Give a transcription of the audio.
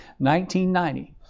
1990